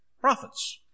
Prophets